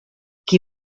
qui